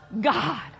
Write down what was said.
god